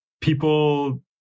people